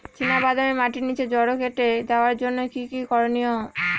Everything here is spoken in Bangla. চিনা বাদামে মাটির নিচে জড় কেটে দেওয়ার জন্য কি কী করনীয়?